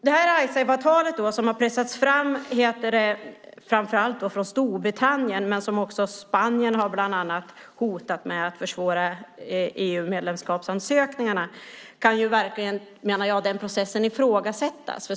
Icesave-avtalet har pressats fram av framför allt Storbritannien, men också av Spanien, som har hotat med att försvåra EU-medlemskapsansökan. Jag menar verkligen att den processen kan ifrågasättas.